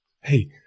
hey